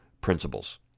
principles